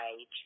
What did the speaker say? age